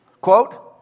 Quote